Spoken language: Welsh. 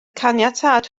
caniatâd